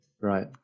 right